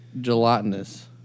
gelatinous